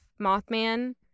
Mothman